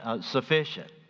sufficient